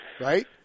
Right